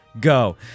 go